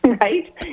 Right